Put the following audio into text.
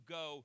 go